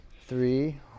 three